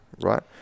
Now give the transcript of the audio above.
right